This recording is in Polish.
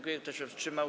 Kto się wstrzymał?